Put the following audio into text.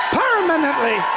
permanently